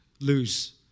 lose